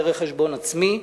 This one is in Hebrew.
דרך חשבון עצמי,